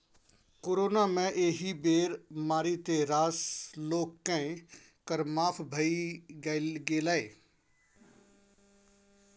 corona मे एहि बेर मारिते रास लोककेँ कर माफ भए गेलै